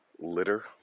litter